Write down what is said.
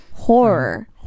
Horror